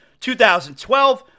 2012